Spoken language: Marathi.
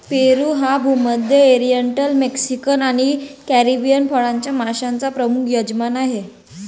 पेरू हा भूमध्य, ओरिएंटल, मेक्सिकन आणि कॅरिबियन फळांच्या माश्यांचा प्रमुख यजमान आहे